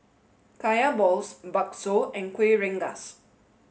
Kaya balls Bakso and Kueh Rengas